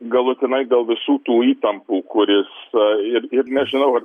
galutinai dėl visų tų įtampų kuris ir ir nežinau ar